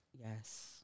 yes